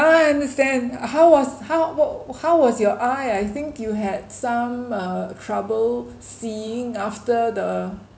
I understand how was how w~ how was your eye I think you had some uh trouble seeing after the